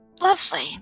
lovely